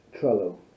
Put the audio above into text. Trello